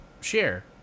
share